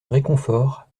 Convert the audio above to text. réconfort